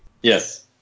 Yes